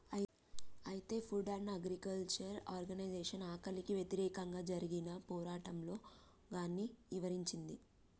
అయితే food and agriculture organisation ఆకలికి వ్యతిరేకంగా జరిగిన పోరాటంలో గాన్ని ఇవరించింది